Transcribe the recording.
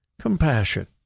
compassion